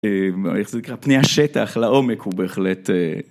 איך זה נקרא, פני השטח לעומק הוא בהחלט...